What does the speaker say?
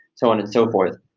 so on and so forth.